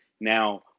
now